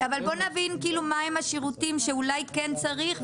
בואו נבין מה הם השירותים שאולי כן צריך לאפשר,